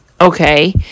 Okay